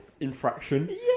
infraction